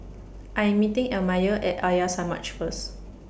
I Am meeting Elmire At Arya Samaj First